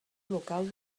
local